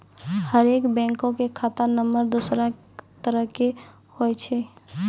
हरेक बैंको के खाता नम्बर दोसरो तरह के होय छै